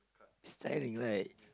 it's tiring right